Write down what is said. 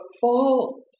fault